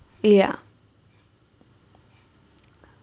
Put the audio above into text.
ya